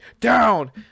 down